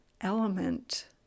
element